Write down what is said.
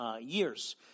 Years